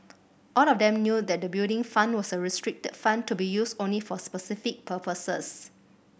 all of them knew that the Building Fund was a restricted fund to be used only for specific purposes